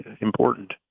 important